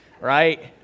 right